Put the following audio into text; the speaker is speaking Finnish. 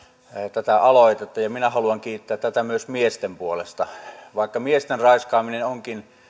tätä aloitetta ja minä haluan kiittää tätä myös miesten puolesta vaikka miesten raiskaaminen onkin